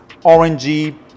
orangey